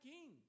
King